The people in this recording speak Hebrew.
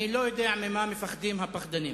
אני לא יודע ממה מפחדים הפחדנים